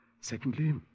Secondly